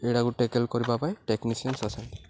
ଏଇଟାକୁ ଟ୍ୟାକଲ୍ କରିବା ପାଇଁ ଟେକ୍ନିସିଆନ୍ସ ଆସିଥିଲେ